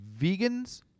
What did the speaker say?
vegans